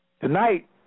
tonight